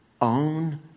own